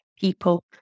people